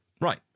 Right